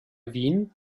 wien